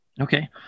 Okay